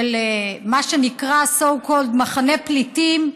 של מה שנקרא, so called, מחנה פליטים.